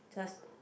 just